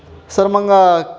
sir मग